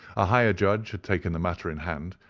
a higher judge had taken the matter in hand,